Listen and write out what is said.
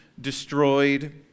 destroyed